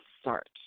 start